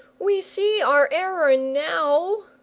we see our error now,